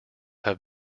have